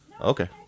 Okay